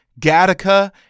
Gattaca